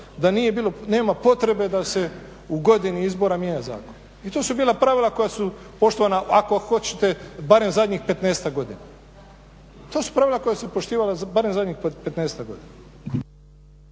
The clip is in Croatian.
nema potrebe da se u godini izbora mijenja zakon. I to su bila pravila koja su poštovana ako hoćete barem zadnjih 15-ak godina. To su pravila koja su se poštivala barem zadnjih 15-ak godina.